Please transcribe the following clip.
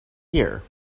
here